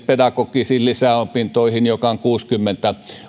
pedagogisiin lisäopintoihin jotka ovat kuusikymmentä